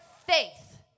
faith